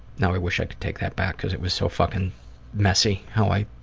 now i wish i could take that back because it was so fuckin' messy how i